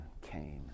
came